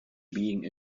being